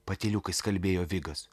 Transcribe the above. patyliukais kalbėjo vigas